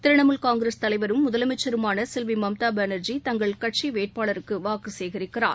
திரிணமூல் காங்கிரஸ் தலைவரும் முதலமைச்சருமான செல்வி மம்தா பானர்ஜி தங்கள் கட்சி வேட்பாளருக்கு வாக்கு சேகரிக்கிறார்